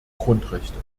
grundrechte